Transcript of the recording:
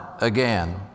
Again